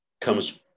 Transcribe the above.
comes